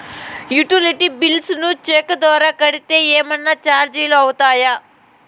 Utility bills ను cheque ద్వారా కట్టితే ఏమన్నా చార్జీలు అవుతాయా?